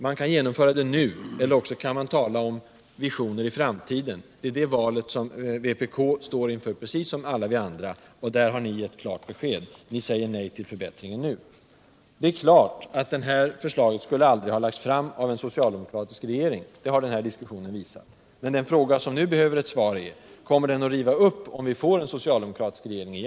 Man kan genomföra reformen nu eller tala om visioner i framtiden. Det valet står vpk inför precis som alla vi andra. Där har vpk givit klart besked: man säger nej till en förbättring nu. Det är klart att detta förslag aldrig skulle ha lagts fram av en socialdemokratisk regering. Det har denna diskussion visat. Den fråga som nu kräver ett svar är: Kommer beslutet att rivas upp om landet åter får en socialdemokratisk regering?